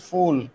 Fool